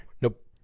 Nope